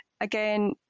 again